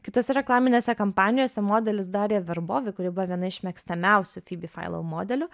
kitose reklaminėse kampanijose modelis darija verbovi kuri buvo viena iš mėgstamiausių fibi failau modelių